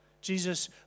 Jesus